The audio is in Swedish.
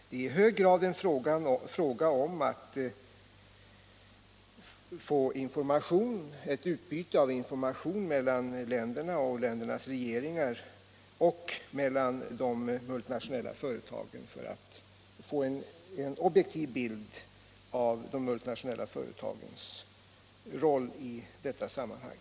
Det är i hög grad en fråga om att få ett utbyte av information mellan länderna och deras regeringar liksom de multinationella företagen för att få en objektiv bild av de multinationella företagens roll i detta sammanhang.